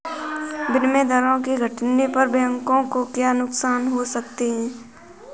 विनिमय दरों के घटने पर बैंकों को क्या नुकसान हो सकते हैं?